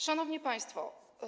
Szanowni Państwo!